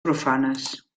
profanes